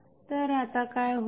तर आता काय होईल